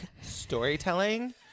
Storytelling